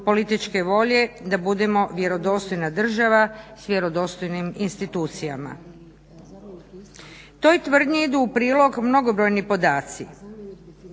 političke volje da budemo vjerodostojna država s vjerodostojnim institucijama. Toj tvrdnji idu u prilog mnogobrojni podaci.